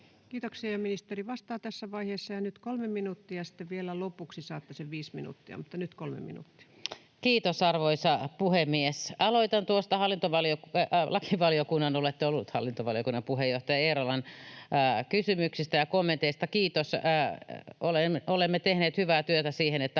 Kiitoksia. — Ministeri vastaa tässä vaiheessa, nyt kolme minuuttia ja sitten vielä lopuksi saatte sen viisi minuuttia, mutta nyt kolme minuuttia. Kiitos, arvoisa puhemies! Aloitan noista lakivaliokunnan puheenjohtaja Eerolan kysymyksistä ja kommenteista: Kiitos, olemme tehneet hyvää työtä siihen, että